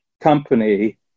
company